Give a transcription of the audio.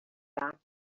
back